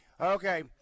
Okay